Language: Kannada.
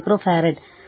1 ಮೈಕ್ರೋ ಫರಾಡ್